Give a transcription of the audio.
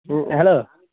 hello